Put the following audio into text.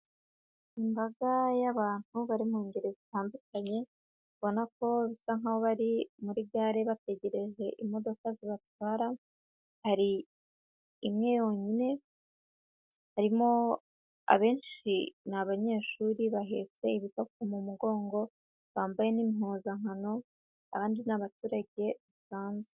Imbaga y'abantu bari mu ngeri zitandukanye, ubona ko bisa nkaho bari muri gare bategereje imodoka zibatwara, hari imwe yonyine, harimo abenshi ni abanyeshuri bahetse ibikapu mu mugongo, bambaye n'impuzankano, abandi ni abaturage basazwe.